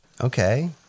Okay